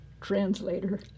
translator